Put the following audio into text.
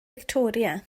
fictoria